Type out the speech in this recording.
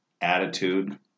attitude